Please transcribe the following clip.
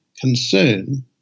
concern